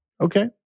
Okay